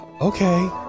okay